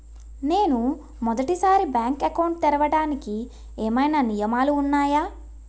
నేను మొదటి సారి బ్యాంక్ అకౌంట్ తెరవడానికి ఏమైనా నియమాలు వున్నాయా?